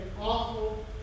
awful